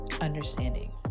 understanding